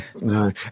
no